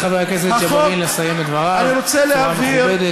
לחבר הכנסת ג'בארין לסיים את דבריו בצורה מכובדת.